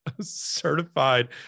certified